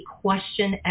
question